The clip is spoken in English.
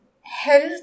health